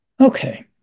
Okay